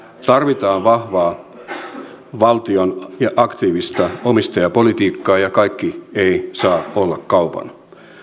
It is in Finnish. tarvitaan valtion vahvaa ja aktiivista omistajapolitiikkaa ja kaikki ei saa olla kaupan